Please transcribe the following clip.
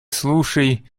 слушай